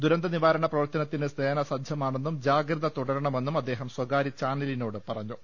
ദുർന്ത നിവാരണ പ്രവർത്തനത്തിന് സേന സജ്ജമാ ണെന്നും ജാഗ്രത തുടരുമെന്നും അദ്ദേഹം സ്വകാര്യ ചാനലിനോട് പറഞ്ഞു